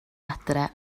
adre